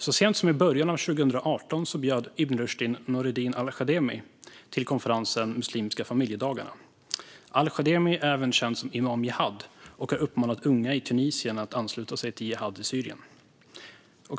Så sent som i början av 2018 bjöd Ibn Rushd in Noureddine al-Khademi till konferensen Muslimska familjedagarna. Han är även känd som Imam Jihad och har uppmanat unga i Tunisien att ansluta sig till jihad i Syrien.